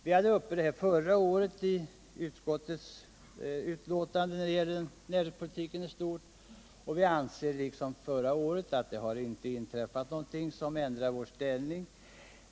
Vi behandlade detta i förra årets utskotisbetänkande som gällde näringspolitiken i stort, och vi anser att det inte har inträffat någonting sedan dess som ändrar vår inställning.